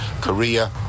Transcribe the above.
Korea